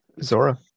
Zora